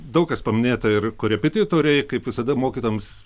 daug kas paminėta ir korepetitoriai kaip visada mokytojams